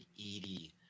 Edie